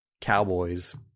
Cowboys